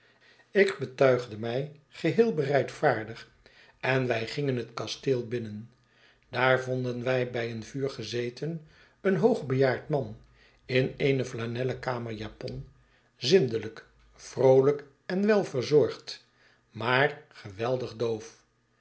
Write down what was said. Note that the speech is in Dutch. ik betuigde mij geheel bereidvaardig enwij gingen het kasteel binnen daar vonden wij bij een vuur gezeten een hoogbejaard man in eene flanellen kamerjapon zindelijk vroolijk en welverzorgd maar geweldig doof